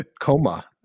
coma